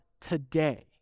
today